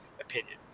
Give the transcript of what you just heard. opinion